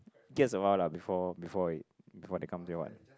gets a while lah before before it before they come then what